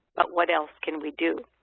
but what else can we do?